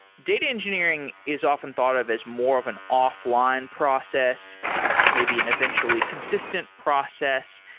data engineering is often thought of as more of an offline process. it's maybe an eventually consistent process.